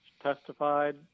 testified